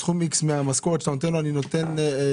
סכום X מהמשכורת שאתה נותן לו אני נותן כעידוד",